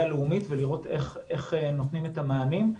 לאומית ולראות איך נותנים את המענים.